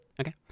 Okay